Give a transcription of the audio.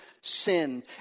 sin